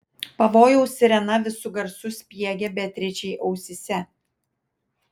pavojaus sirena visu garsu spiegė beatričei ausyse